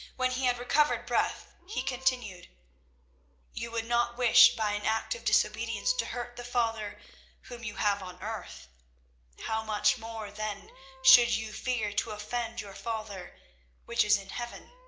when he had recovered breath, he continued you would not wish by an act of disobedience to hurt the father whom you have on earth how much more then should you fear to offend your father which is in heaven?